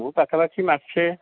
ମୁଁ ପାଖା ପାଖି ମାସେ